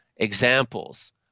Examples